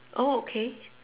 oh okay